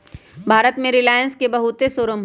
भारत में रिलाएंस के बहुते शोरूम हई